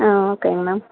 ஆ ஓகேங்க மேம்